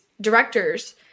directors